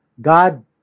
God